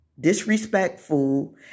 disrespectful